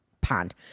pond